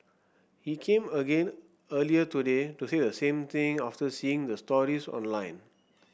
he came again earlier today to say the same thing after seeing the stories online